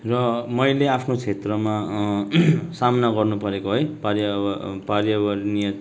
र मैले आफ्नो क्षेत्रमा सामना गर्नु परेको है पार्य पर्यावरणीय